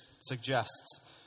suggests